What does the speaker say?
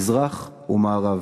מזרח ומערב,